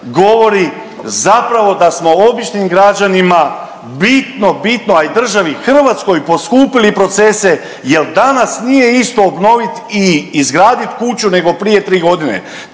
govori zapravo da smo običnim građanima bitno, bitno a i državi Hrvatskoj poskupili procese jer danas nije isto obnoviti i izgraditi kuću nego prije tri godine.